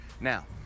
Now